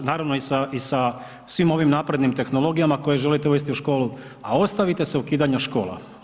Naravno i sa svim ovim naprednim tehnologijama koje želite uvesti u školu, a ostavite se ukidanja škola.